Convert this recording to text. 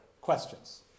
Questions